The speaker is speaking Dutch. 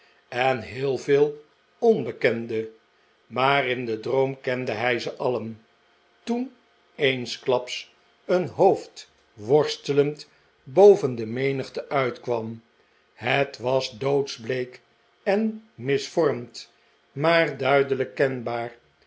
en heel veel onbekende maar in den droom kende hij ze alien toen eensklaps een heofd worstelend boven de menigte uitkwam het was doodsbleek en misvormd maar duidelijk kenbaar